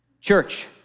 Church